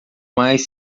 mais